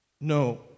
No